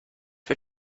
for